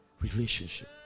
relationship